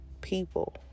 people